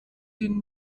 den